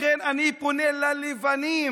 לכן אני פונה ללבנים.